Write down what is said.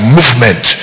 movement